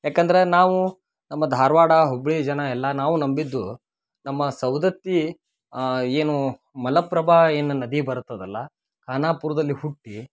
ಯಾಕಂದರೆ ನಾವು ನಮ್ಮ ಧಾರ್ವಾಡ ಹುಬ್ಬಳ್ಳಿ ಜನ ಎಲ್ಲ ನಾವು ನಂಬಿದ್ದು ನಮ್ಮ ಸವ್ದತ್ತಿ ಏನೂ ಮಲಪ್ರಭಾ ಏನು ನದಿ ಬರ್ತದಲ್ಲ ಆನಪುರ್ದಲ್ಲಿ ಹುಟ್ಟಿ